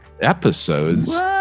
episodes